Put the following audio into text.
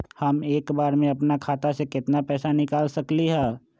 हम एक बार में अपना खाता से केतना पैसा निकाल सकली ह?